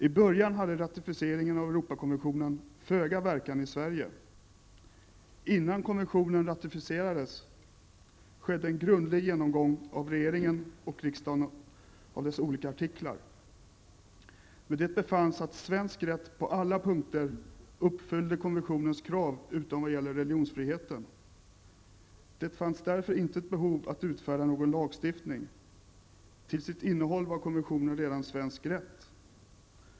I början hade ratificeringen av Europakonventionen föga verkan i Sverige. Innan konventionen ratificerades skedde en grundlig genomgång i regeringen och riksdagen av dess olika artiklar, men det befanns att svensk rätt på alla punkter uppfyllde konventionens krav, utom vad gäller religionsfriheten. Det fanns därför inte behov av att förändra någon lagstiftning. Till sitt innehåll var konventionen redan svensk rätt.